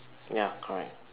ya correct